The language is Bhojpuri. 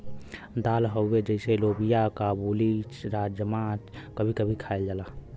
दाल हउवे जइसे लोबिआ काबुली, राजमा कभी कभी खायल जाला